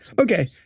Okay